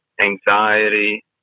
anxiety